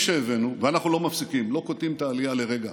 ואנחנו לא מפסיקים, לא קוטעים את העלייה לרגע,